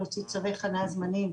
להוציא צווי חנייה זמניים.